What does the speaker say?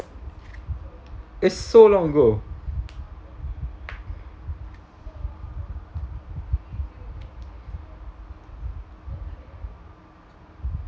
is so long ago